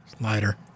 lighter